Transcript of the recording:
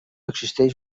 existeix